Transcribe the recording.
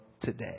today